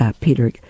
Peter